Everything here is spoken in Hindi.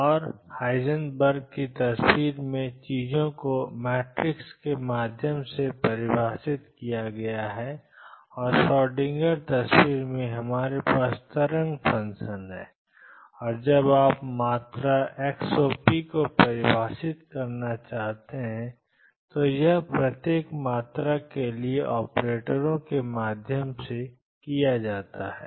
और हाइजेनबर्ग की तस्वीर में चीजों को मैट्रिक्स के माध्यम से परिभाषित किया गया है और श्रोडिंगर तस्वीर में हमारे पास तरंग फ़ंक्शन है और जब आप मात्रा xop को परिभाषित करना चाहते हैं तो यह प्रत्येक मात्रा के लिए ऑपरेटरों के माध्यम से किया जाता है